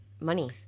money